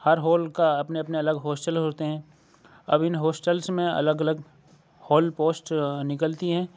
ہر hall کا اپنے اپنے الگ ہاسٹل ہوتے ہیں اب ان ہاسٹلس میں الگ الگ ہال پوسٹ نکلتی ہیں